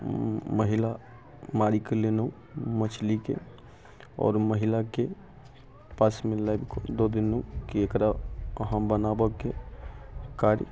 महिला मारिके लेलहुँ मछलीके आओर महिलाके पासमे लाबिके दऽ देलहुँ जे एकरा अहाँ बनाबऽके कार्य